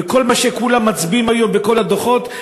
וכל מה שכולם מצביעים עליו היום בכל הדוחות,